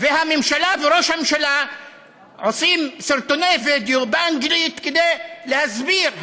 והממשלה וראש הממשלה עושים סרטוני וידיאו באנגלית כדי להסביר.